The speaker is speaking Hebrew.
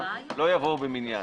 לא יבואו במניין.